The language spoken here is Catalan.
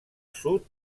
sud